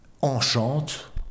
enchante